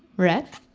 rhett,